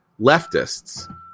leftists